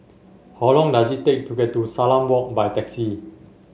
how long does it take to get to Salam Walk by taxi